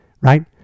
right